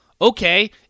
Okay